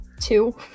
Two